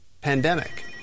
Pandemic